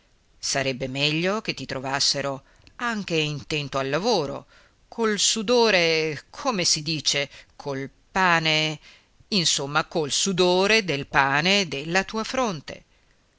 sarebbe meglio che ti trovassero anche intento al lavoro col sudore come si dice col pane insomma col sudore del pane della tua fronte